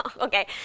okay